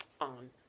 on